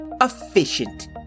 Efficient